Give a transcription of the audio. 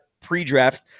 pre-draft